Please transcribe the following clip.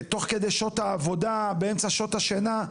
תוך כדי שעות העבודה, באמצע שעות השינה?